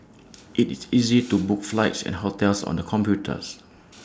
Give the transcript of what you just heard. IT is easy to book flights and hotels on the computers